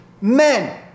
men